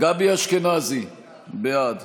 גבי אשכנזי, בעד